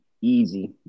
easy